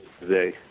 today